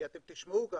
כי תשמעו גם